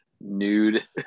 nude